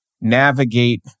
navigate